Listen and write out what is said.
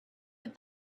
put